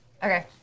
Okay